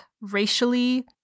racially